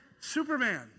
Superman